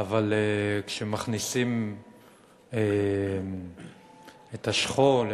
אבל כשמכניסים את השכול,